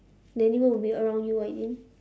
the animal will be around you I think